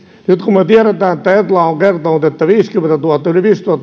nyt kun me tiedämme että etla on kertonut että yli viisikymmentätuhatta